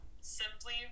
simply